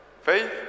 Faith